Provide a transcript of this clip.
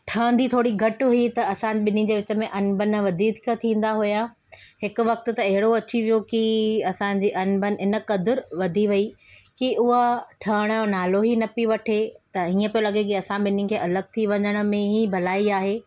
ठहंदी थोरी घटि हुई त असां ॿिनी जे विच में अणबणति वधीक थींदा हुआ हिकु वक़्त त अहिड़ो अची वियो की असांजी अणबणति इन क़द्रु वधी वई की उहा ठहिण जो नालो ई न पई वठे त हीअं पियो लॻे की असां ॿिनी खे अलॻि थी वञण में ई भलाई आहे